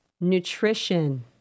nutrition